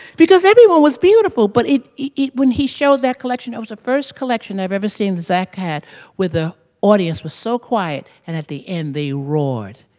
because everyone was beautiful. but it it when he showed that collection, it was the first collection i've ever seen zac had where the audience was so quiet and at the end they roared.